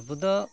ᱟᱵᱚ ᱫᱚ